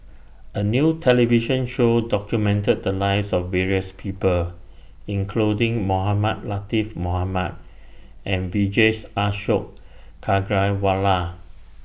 A New television Show documented The Lives of various People including Mohamed Latiff Mohamed and Vijesh Ashok Ghariwala